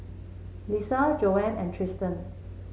Lissa Joanne and Tristin